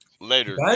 Later